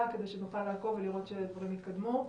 כדי שנוכל לעקוב ולראות שהדברים התקדמו.